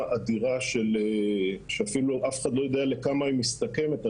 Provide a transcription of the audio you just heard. אדירה של כספים שאף אחד לא יודע לכמה היא מסתכמת.